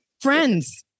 friends